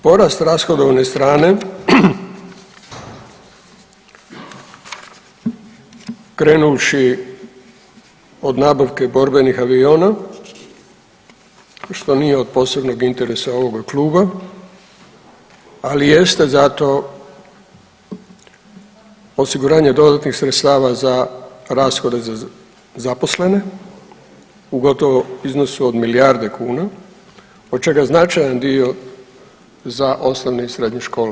Porast rashodovne strane krenuvši od nabavke borbenih aviona što nije od posebnog interesa ovoga kluba, ali jeste zato osiguranje dodatnih sredstava za rashode za zaposlene u gotovom iznosu od milijarde kuna od čega značajan dio za osnovnu i srednju školu.